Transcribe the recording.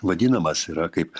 vadinamas yra kaip